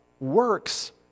works